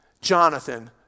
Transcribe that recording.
Jonathan